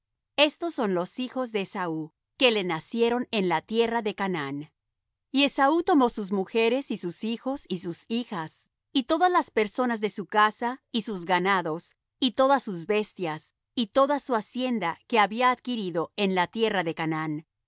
estos son los hijos de esaú que le nacieron en la tierra de canaán y esaú tomó sus mujeres y sus hijos y sus hijas y todas las personas de su casa y sus ganados y todas sus bestias y toda su hacienda que había adquirido en la tierra de canaán